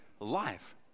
life